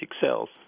cells